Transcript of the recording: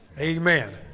Amen